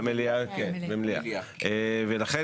לכן,